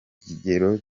kigero